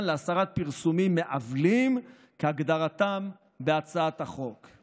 להסרת פרסומים מעוולים כהגדרתם בהצעת החוק.